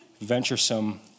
venturesome